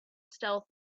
stealth